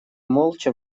молча